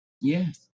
Yes